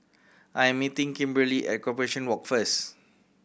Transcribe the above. I am meeting Kimberli at Corporation Walk first